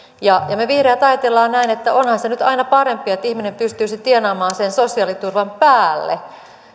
ja me me vihreät ajattelemme näin että onhan se nyt aina parempi että ihminen pystyisi tienaamaan sen sosiaaliturvan päälle